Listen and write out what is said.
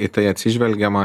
į tai atsižvelgiama